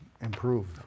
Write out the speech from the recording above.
improved